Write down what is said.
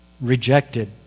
Rejected